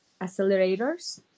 accelerators